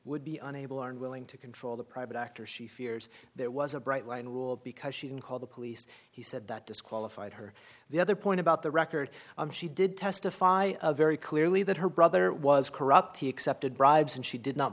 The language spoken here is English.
would be unable or unwilling to control the private actor she fears there was a bright line rule because she didn't call the police he said that disqualified her the other point about the record and she did testify very clearly that her brother was corrupt he accepted bribes and she did not